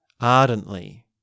ardently